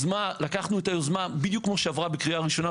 לקחנו את היוזמה בדיוק כמו שהיא עברה בקריאה ראשונה,